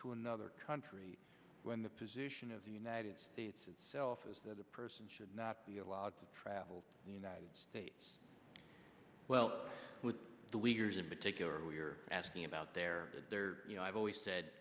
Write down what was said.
to another country when the position of the united states itself is that a person should not be allowed to travel the united states well with the leaders and particularly you're asking about their you know i've always said